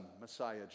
Messiah